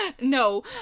No